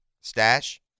stash